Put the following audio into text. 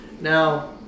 now